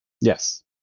yes